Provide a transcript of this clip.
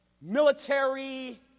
military